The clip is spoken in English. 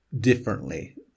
differently